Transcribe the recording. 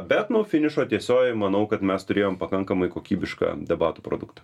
bet nu finišo tiesioji manau kad mes turėjom pakankamai kokybišką debatų produktą